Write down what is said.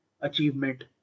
achievement